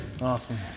awesome